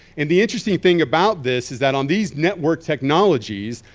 and the interesting thing about this is that on these network technologies,